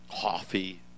coffee